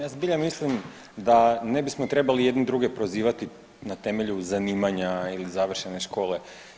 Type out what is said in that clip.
Ja zbilja mislim da ne bismo trebali jedni druge prozivati na temelju zanimanja ili završene škole.